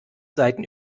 seiten